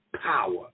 power